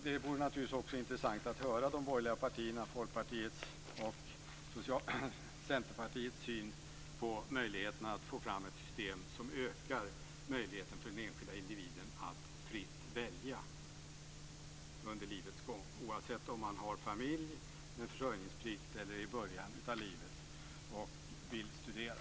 Det vore givetvis också intressant att höra de borgerliga partiernas, Folkpartiets och Centerpartiets, syn på möjligheterna att få fram ett system som ökar möjligheterna för den enskilde individen att fritt välja under livets gång - oavsett om man har familj med försörjningsplikt eller om man befinner sig i början av livet och vill studera.